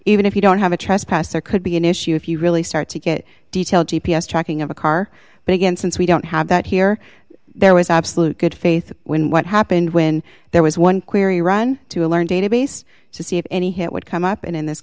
even if you don't have a trespasser could be an issue if you really start to get detailed g p s tracking of a car but again since we don't have that here there was absolute good faith when what happened when there was one query run to a learned database to see if any hit would come up and in this